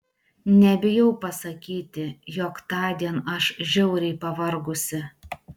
nebijau pasakyti jog tądien aš žiauriai pavargusi